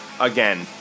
Again